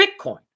Bitcoin